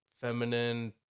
feminine